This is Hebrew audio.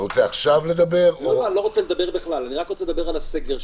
אני רוצה לדבר על הסגר.